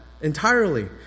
entirely